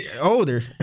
older